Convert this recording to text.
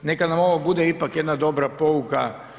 Neka nam ovo bude ipak jedna dobra pouka.